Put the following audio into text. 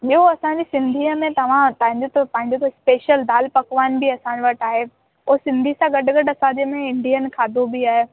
ॿियो असांजे सिंधीअ में तव्हां पंहिंजो त पंहिंजो त स्पेशल दाल पकवान बि असां वटि आहे उहो सिंधी सां गॾु गॾु असांजे में इंडिअन खाधो बि आहे